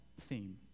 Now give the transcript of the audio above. theme